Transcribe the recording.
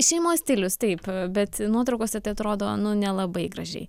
šeimos stilius taip bet nuotraukose tai atrodo nelabai gražiai